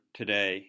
today